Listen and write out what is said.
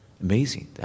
Amazing